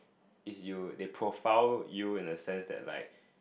is you they profile you in a sense that like